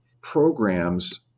programs